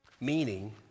meaning